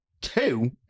Two